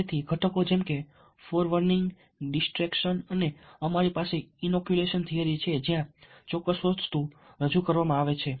તેથી ઘટકો જેમ કે ફોરવર્નિંગ ડિસ્ટ્રેક્શન અને અમારી પાસે ઇનોક્યુલેશન થિયરી છે જ્યાં ચોક્કસ વસ્તુ રજૂ કરવામાં આવે છે